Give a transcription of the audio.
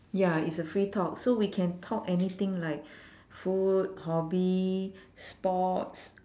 ya it's a free talk so we can talk anything like food hobby sports